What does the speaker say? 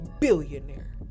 Billionaire